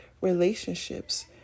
relationships